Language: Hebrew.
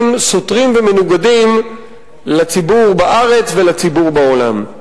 סותרים ומנוגדים לציבור בארץ ולציבור בעולם.